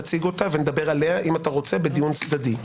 תציג אותה ונדבר עליה, אם אתה רוצה, בדיון צדדי.